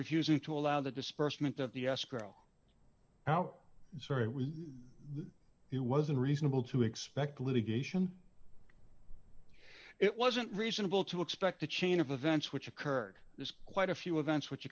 refusing to allow the dispersement of the escrow how it's very it was unreasonable to expect litigation it wasn't reasonable to expect a chain of events which occurred there's quite a few events which